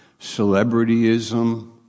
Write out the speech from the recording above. celebrityism